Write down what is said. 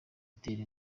itera